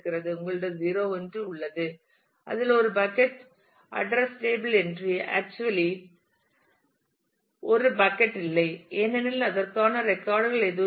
உங்களிடம் 0 1 உள்ளது அதில் ஒரு பக்கட் அட்ரஸ் டேபிள் என்றி அச்சுவேலி ஒரு பக்கட் இல்லை ஏனெனில் அதற்கான ரெக்கார்ட் கள் எதுவும் இல்லை